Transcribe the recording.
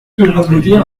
rue